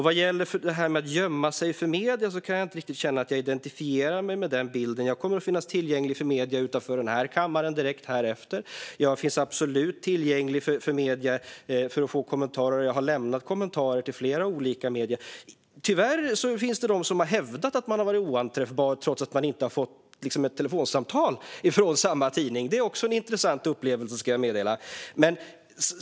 Vad gäller detta med att gömma sig för medierna kan jag inte känna att jag identifierar mig med den bilden. Jag kommer att finnas tillgänglig för medierna utanför denna kammare direkt efter detta, och jag finns absolut tillgänglig för medier som vill ha kommentarer. Jag har också lämnat kommentarer till flera olika medier. Tyvärr finns det de som har hävdat att man har varit oanträffbar trots att man inte har fått ett telefonsamtal från den aktuella tidningen, och det är också en intressant upplevelse, kan jag meddela.